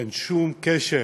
אין שום קשר